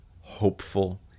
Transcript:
hopeful